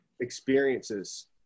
experiences